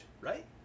right